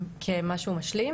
כמשהו משלים.